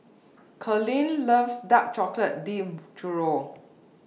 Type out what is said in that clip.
Karlene loves Dark Chocolate Dipped Churro